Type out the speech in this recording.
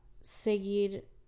seguir